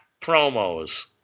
promos